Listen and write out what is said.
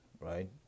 right